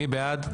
מי בעד?